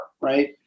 right